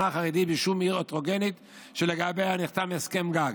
חרדית בשום עיר הטרוגנית שלגביה נחתם הסכם גג,